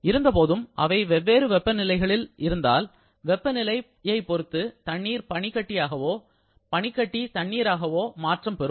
இருந்தபோதும் அவை வெவ்வேறு வெப்பநிலைகளில் இருந்தால் வெப்பநிலையைப் பொறுத்து தண்ணீர் பனிக்கட்டியாகவோ பனிக்கட்டி தண்ணீராகவோ மாற்றம் பெறும்